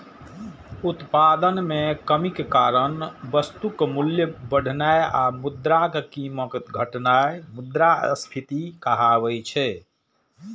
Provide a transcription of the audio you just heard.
उत्पादन मे कमीक कारण वस्तुक मूल्य बढ़नाय आ मुद्राक कीमत घटनाय मुद्रास्फीति कहाबै छै